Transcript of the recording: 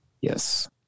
Yes